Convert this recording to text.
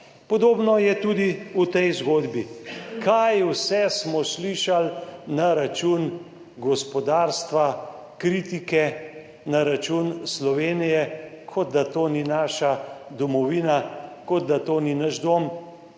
Podobno je tudi v tej zgodbi, kaj vse smo slišali na račun gospodarstva, kritike na račun Slovenije, kot da to ni naša domovina, kot da to ni naš dom